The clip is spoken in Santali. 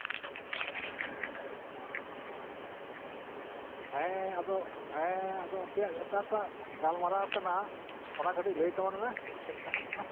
ᱦᱮᱸ ᱟᱫᱚ ᱦᱮᱸ ᱟᱫᱚ ᱟᱯᱮᱭᱟᱜ ᱚᱠᱟᱴᱟᱜ ᱜᱟᱞᱢᱟᱨᱟᱣ ᱠᱟᱱᱟ ᱚᱱᱟ ᱠᱟᱹᱴᱤᱡ ᱞᱟᱹᱭ ᱛᱟᱵᱚᱱ ᱢᱮ ᱪᱮᱫᱞᱮᱠᱟᱱᱟᱜ ᱠᱟᱱᱟ